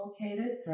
located